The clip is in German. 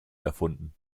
erfunden